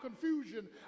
confusion